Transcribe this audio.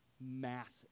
massive